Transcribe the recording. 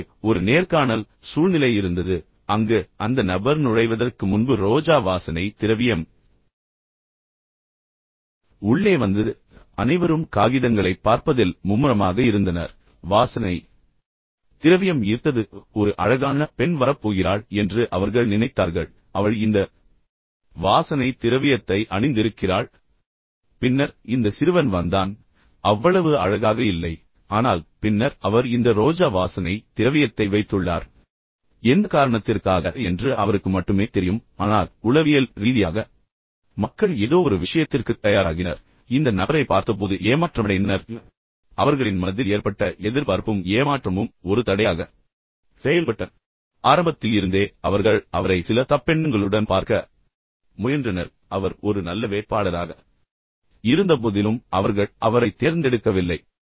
எனவே ஒரு நேர்காணல் சூழ்நிலை இருந்தது அங்கு அந்த நபர் நுழைவதற்கு முன்பு ரோஜா வாசனை திரவியம் உள்ளே வந்தது பின்னர் அனைவரும் காகிதங்களைப் பார்ப்பதில் மும்முரமாக இருந்தனர் பின்னர் வாசனை திரவியம் ஈர்த்தது பின்னர் ஒரு அழகான பெண் வரப் போகிறாள் என்று அவர்கள் நினைத்தார்கள் அவள் இந்த வாசனை திரவியத்தை அணிந்திருக்கிறாள் பின்னர் இந்த சிறுவன் வந்தான் அவ்வளவு அழகாக இல்லை ஆனால் பின்னர் அவர் இந்த ரோஜா வாசனை திரவியத்தை வைத்துள்ளார் எந்த காரணத்திற்காக என்று அவருக்கு மட்டுமே தெரியும் ஆனால் உளவியல் ரீதியாக மக்கள் எதோ ஒரு விஷயத்திற்குத் தயாராகினர் இந்த நபரைப் பார்த்தபோது ஏமாற்றமடைந்தனர் பின்னர் அவர்களின் மனதில் ஏற்பட்ட எதிர்பார்ப்பும் ஏமாற்றமும் ஒரு தடையாக செயல்பட்டன எனவே ஆரம்பத்தில் இருந்தே அவர்கள் அவரை சில தப்பெண்ணங்களுடன் பார்க்க முயன்றனர் அவர் ஒரு நல்ல வேட்பாளராக இருந்தபோதிலும் அவர்கள் அவரைத் தேர்ந்தெடுக்கவில்லை